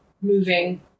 moving